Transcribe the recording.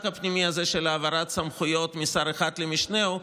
הפנימי הזה של העברת סמכויות משר אחד למשנהו,